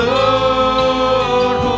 Lord